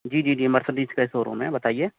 جی جی جی مرسڈیز کا شو روم ہے بتائیے